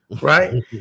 right